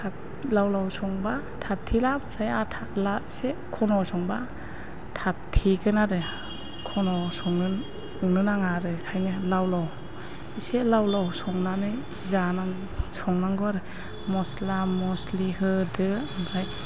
लाव लाव संबा थाबथेला ओमफ्राय आथा ला एसे घन' संबा थाबथेगोन आरो घन' संनो नाङा आरो बेनिखायनो लाव लाव एसे लाव लाव संनानै जानांगौ संनांगौ आरो मस्ला मस्लि होदो ओमफ्राय